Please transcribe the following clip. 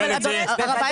אדוני,